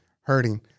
hurting